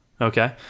Okay